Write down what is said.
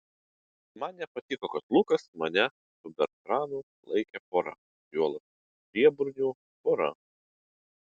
man nepatiko kad lukas mane su bertranu laikė pora juolab pienburnių pora